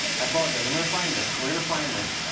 i apologize. i'm going to find this. we're going to find this.